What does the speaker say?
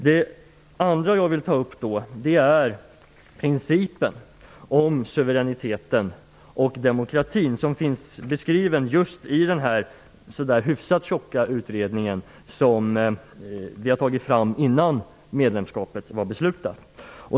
Det andra jag vill ta upp är principen om suveräniteten och demokratin, som finns beskriven i den ganska tjocka utredningen som togs fram innan medlemskapet var beslutat.